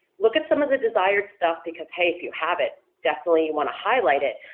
look at some of the desired stuff because hey if you have it, definitely you want to highlight it,